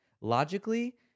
Logically